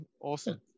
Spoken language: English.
awesome